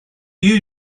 you